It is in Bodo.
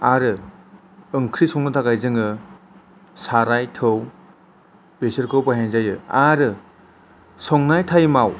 आरो ओंख्रि संनो थाखाय जोङाे साराय थाै बेसोरखौ बाहायनाय जायो आरो संनाय टाइमाव